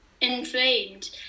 inflamed